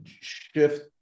shift